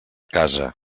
casa